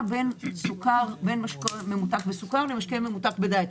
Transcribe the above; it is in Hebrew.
בין משקה ממותק בסוכר לבין משקה ממותק בדיאט.